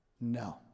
No